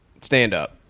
stand-up